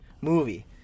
movie